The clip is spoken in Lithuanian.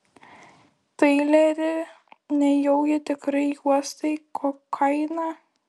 taileri nejaugi tikrai uostai kokainą